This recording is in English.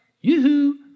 Yoo-hoo